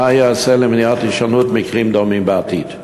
מה ייעשה למניעת הישנות מקרים דומים בעתיד?